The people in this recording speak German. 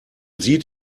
sieht